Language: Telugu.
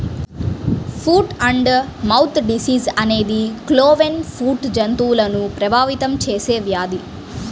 ఫుట్ అండ్ మౌత్ డిసీజ్ అనేది క్లోవెన్ ఫుట్ జంతువులను ప్రభావితం చేసే వ్యాధి